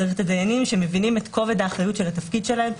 צריך את הדיינים שמבינים את כובד האחריות של התפקיד שלהם,